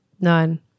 none